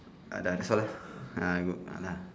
ah that's all lah ah good mah nah